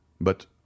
But